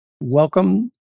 welcome